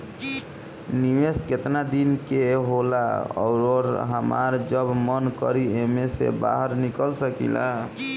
निवेस केतना दिन के होला अउर हमार जब मन करि एमे से बहार निकल सकिला?